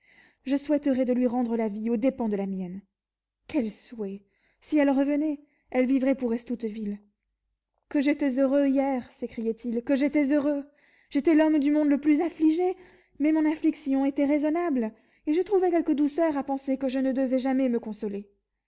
je souhaiterais de lui rendre la vie aux dépens de la mienne quel souhait si elle revenait elle vivrait pour estouteville que j'étais heureux hier s'écriait-il que j'étais heureux j'étais l'homme du monde le plus affligé mais mon affliction était raisonnable et je trouvais quelque douceur à penser que je ne devais jamais me consoler